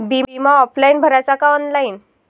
बिमा ऑफलाईन भराचा का ऑनलाईन?